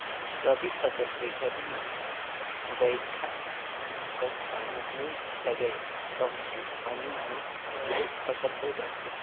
रबी फसल के घरी में बईरखा कस पानी नई लगय कमती पानी म घलोक फसल हो जाथे